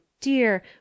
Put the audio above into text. dear